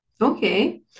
Okay